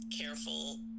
careful